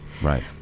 Right